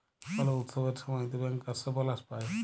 call উৎসবের ছময়তে ব্যাংকার্সরা বলাস পায়